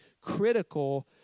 critical